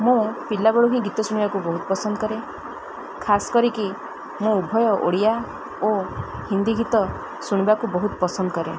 ମୁଁ ପିଲାବେଳୁ ହିଁ ଗୀତ ଶୁଣିବାକୁ ବହୁତ ପସନ୍ଦ କରେ ଖାସ୍ କରିକି ମୁଁ ଉଭୟ ଓଡ଼ିଆ ଓ ହିନ୍ଦୀ ଗୀତ ଶୁଣିବାକୁ ବହୁତ ପସନ୍ଦ କରେ